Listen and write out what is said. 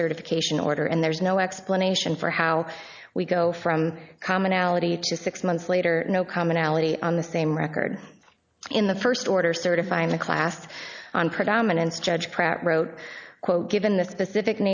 certification order and there's no explanation for how we go from commonality to six months later no commonality on the same record in the first order certifying the class on predominance judge pratt wrote quote given the specific